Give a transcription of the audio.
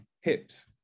hips